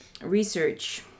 research